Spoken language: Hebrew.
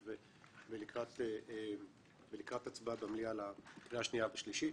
ולקראת הצבעה במליאה על הקריאה השנייה והשלישית.